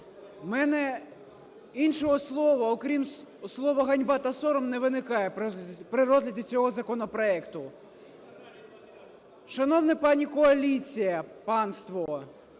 В мене іншого слова, окрім слова "ганьба" та "сором" не виникає при розгляді цього законопроекту. Шановна пані коаліція, панство!